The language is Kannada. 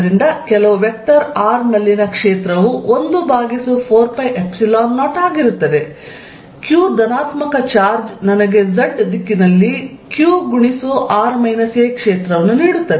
ಆದ್ದರಿಂದ ಕೆಲವು ವೆಕ್ಟರ್ r ನಲ್ಲಿನ ಕ್ಷೇತ್ರವು 14πε0 ಆಗಿರುತ್ತದೆ q ಧನಾತ್ಮಕ ಚಾರ್ಜ್ ನನಗೆ z ದಿಕ್ಕಿನಲ್ಲಿ q ಕ್ಷೇತ್ರವನ್ನು ನೀಡುತ್ತದೆ